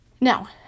Now